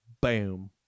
Boom